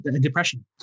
depression